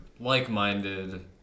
like-minded